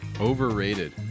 Overrated